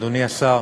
אדוני השר,